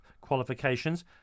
qualifications